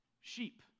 sheep